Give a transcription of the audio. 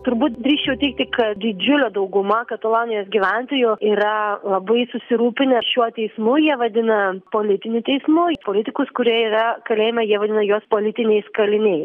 turbūt drįsčiau teigti kad didžiulė dauguma katalonijos gyventojų yra labai susirūpinę šiuo teismu jie vadina politiniu teismu į politikus kurie yra kalėjime jie vadina juos politiniais kaliniais